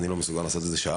אני לא מסוגל לעשות את זה שעה.